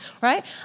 right